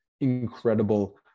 incredible